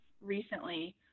recently